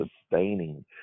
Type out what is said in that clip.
sustaining